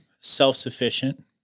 self-sufficient